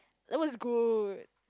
that was good